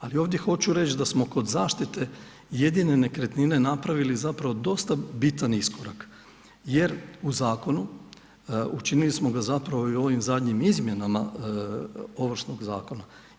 Ali ovdje hoću reći da smo kod zaštite jedine nekretnine napravili zapravo dosta bitan iskorak jer u zakonu učinili smo ga zapravo i ovim zadnjim izmjenama Ovršnog zakona.